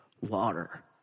water